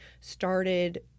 started